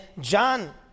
John